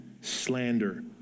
slander